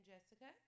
Jessica